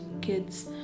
kids